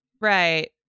Right